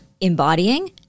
embodying